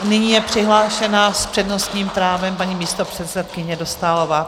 Nyní je přihlášená s přednostním právem paní místopředsedkyně Dostálová.